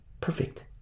perfect